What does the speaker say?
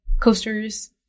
coasters